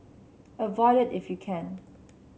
avoid it if you can